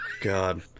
God